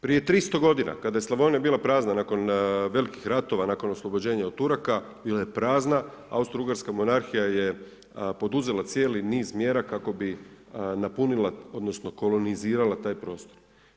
Prije 300 godina kada je Slavonija bila prazna nakon velikih ratova, nakon oslobođenja od Turaka, bila je prazna, Austro-ugarska monarhija ju je poduzela cijeli niz mjera kako bi napunila odnosno kolonizirala taj prostor.